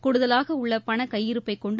கூடுதலாக உள்ள பண கையிருப்பைக் கொண்டு